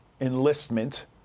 enlistment